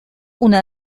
una